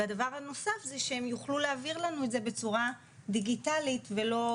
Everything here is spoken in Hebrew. והדבר הנוסף זה שהם יוכלו להעביר לנו את זה בצורה דיגיטלית ולא